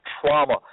trauma